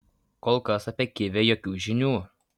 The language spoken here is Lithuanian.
kol kas apie kivę jokių žinių